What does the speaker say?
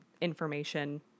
information